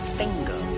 finger